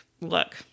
look